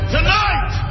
Tonight